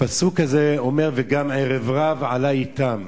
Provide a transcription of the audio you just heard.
הפסוק הזה אומר: וגם ערב-רב עלה אתם,